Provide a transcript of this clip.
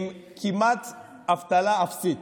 עם כמעט אבטלה אפסית.